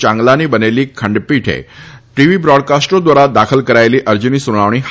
યાંગલાની બનેલી ખંડપીઠ ટીવી બ્રોડકાસ્ટરો ધ્વારા દાખલ કરાયેલી અરજીની સુનાવણી કરી રહી છે